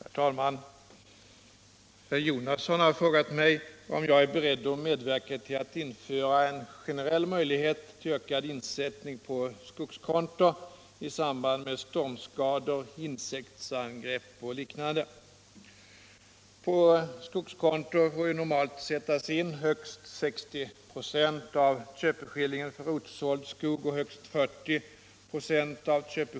Herr talman! Herr Jonasson har frågat mig om jag är beredd att medverka till att införa en generell möjlighet till ökad insättning på skogskonto i samband med stormskador, insektsangrepp och liknande. rotsåld skog och högst 40 96 av köpeskillingen för leveranstimmer.